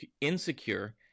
insecure